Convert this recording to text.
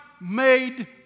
made